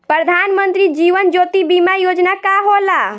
प्रधानमंत्री जीवन ज्योति बीमा योजना का होला?